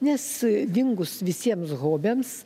nes dingus visiems hobiams